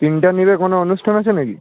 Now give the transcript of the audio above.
তিনটা নেবে কোনো অনুষ্ঠান আছে নাকি